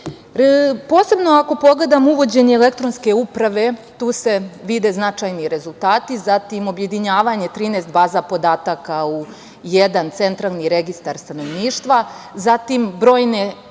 državi. Posebno ako pogledamo uvođenje elektronske uprave, tu se vide značajni rezultati - objedinjavanje 13 baza podataka u jedan centralni registar stanovništva, brojne